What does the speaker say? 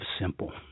simple